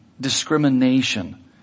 discrimination